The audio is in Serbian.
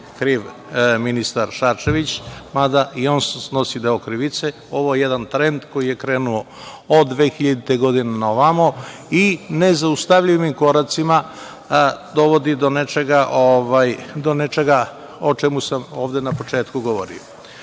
kriv ministar Šarčević, mada i on snosi deo krivice, ovo je jedan trend koji je krenuo od 2000. godine naovamo i nezaustavljivim koracima dovodi do nečega o čemu sam ovde na početku govorio. Šta